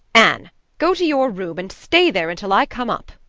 anne go to your room and stay there until i come up,